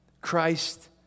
Christ